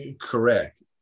Correct